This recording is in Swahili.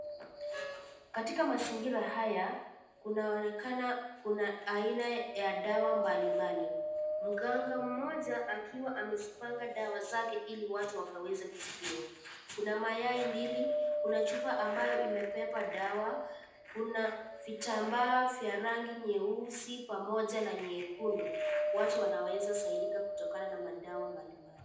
Katika mazingira haya, kunaonekana, kuna aina ya dawa mbali mbali, mganga mmoja akiwa amezipanga dawa zake ili watu wapate kutibiwa, kuna mayai mbili, kuna chupa ambaye imebepa dawa, na vitambaa vya rangi nyeusi pamoja na nyekundu, watu wanaweza saidika kutokana na madawa mbali mbali.